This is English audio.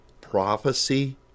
prophecy